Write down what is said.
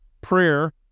prayer